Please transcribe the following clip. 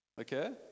Okay